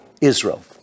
Israel